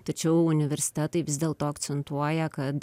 tačiau universitetai vis dėlto akcentuoja kad